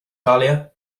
dahlia